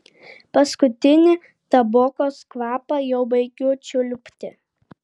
paskutinį tabokos kvapą jau baigiu čiulpti